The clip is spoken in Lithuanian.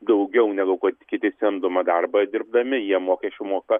daugiau negu kad kiti samdomą darbą dirbdami jie mokesčių moka